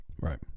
Right